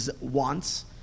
wants